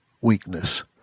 weakness